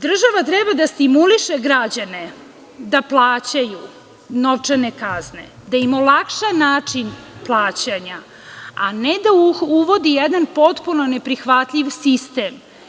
Država treba da stimuliše građane da plaćaju novčane kazne, da im olakša način plaćanja, a ne da uvodi jedan potpuno neprihvatljiv sistem.